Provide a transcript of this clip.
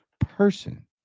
person